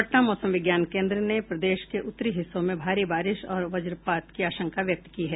पटना मौसम विज्ञान केन्द्र ने प्रदेश के उत्तरी हिस्सों में भारी बारिश और वजपात की आशंका व्यक्त की है